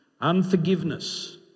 unforgiveness